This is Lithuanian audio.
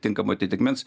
tinkamo atitikmens